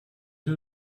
nur